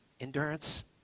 Endurance